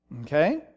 Okay